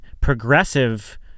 progressive